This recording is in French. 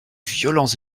violents